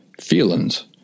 feelings